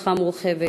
ומשפחה מורחבת.